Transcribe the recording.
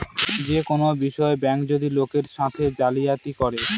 যে কোনো বিষয়ে ব্যাঙ্ক যদি লোকের সাথে জালিয়াতি করে